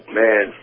man